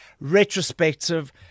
retrospective